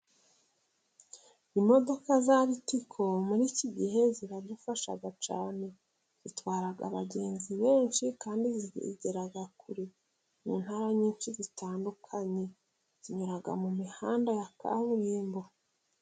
Imodoka za ritiko muri iki gihe ziradufasha cyane, zitwara abagenzi benshi kandi zigera kure, mu ntara nyinshi zitandukanye zinyura mu mihanda ya kaburimbo.